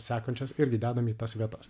sekančias irgi dedam į tas vietas